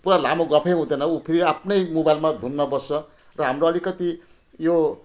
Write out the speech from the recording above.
पुरा लामो गफै हुँदैन ऊ फेरि आफ्नै मोबाइलमा धुनमा बस्छ र हाम्रो अलिकति यो